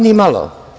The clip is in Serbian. Ni malo.